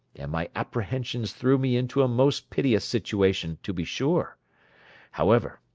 and my apprehensions threw me into a most piteous situation to be sure however,